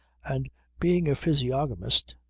and being a physiognomist.